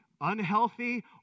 unhealthy